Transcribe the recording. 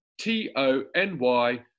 T-O-N-Y